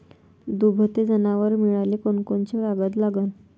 दुभते जनावरं मिळाले कोनकोनचे कागद लागन?